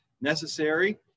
necessary